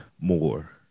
more